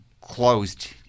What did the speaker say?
closed